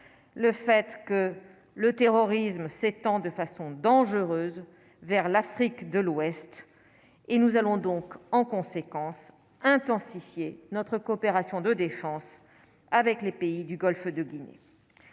le fait que le terrorisme s'étend de façon dangereuse vers l'Afrique de l'Ouest et nous allons donc en conséquence intensifier notre coopération de défense avec les pays du Golfe de Guinée,